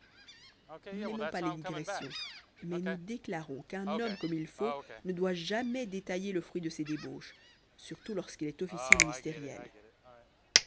nous n'aimons pas les digressions mais nous déclarons qu'un homme comme il faut ne doit jamais détailler le fruit de ses débauches surtout lorsqu'il est officier ministériel